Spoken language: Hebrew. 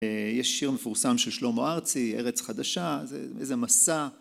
יש שיר מפורסם של שלמה ארצי ארץ חדשה איזה מסע